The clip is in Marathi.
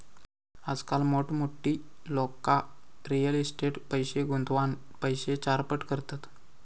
आजकाल मोठमोठी लोका रियल इस्टेटीट पैशे गुंतवान पैशे चारपट करतत